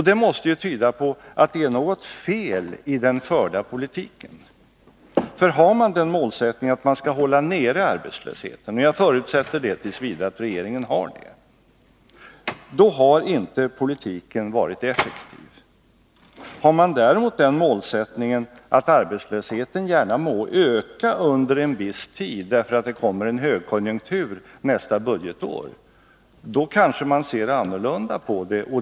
Det tyder på att det måste vara något fel i den förda politiken, för har man målsättningen att man skall hålla nere arbetslösheten — jag förutsätter t. v. att regeringen har det — då har inte politiken varit effektiv. Har man däremot den målsättningen att arbetslösheten gärna må öka under en viss tid, därför att det kommer en högkonjunktur nästa budgetår, ser man kanske annorlunda på det hela.